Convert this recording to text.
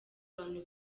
abantu